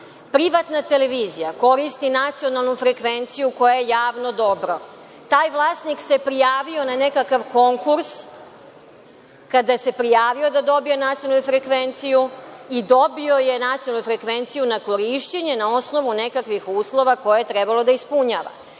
Privatna televizija koristi nacionalnu frekvenciju koja je javno dobro. Taj vlasnik se prijavio na nekakav konkurs kada se prijavio da dobije nacionalnu frekvenciju i dobio je nacionalnu frekvenciju na korišćenje na osnovu nekakvih uslova koje je trebalo da ispunjava.